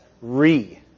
re